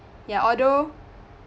ya although